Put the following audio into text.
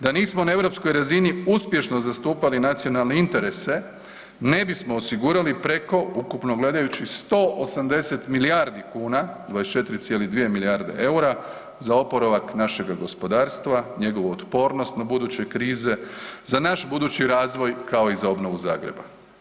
Da nismo na europskoj razini uspješno zastupali nacionalne interese, ne bismo osigurali preko, ukupno gledajući 180 milijardi kuna, 24,2 milijarde eura za oporavak našeg gospodarstva, njegovu otpornost na buduće krize, za naš budući razvoj, kao i za obnovu Zagreba.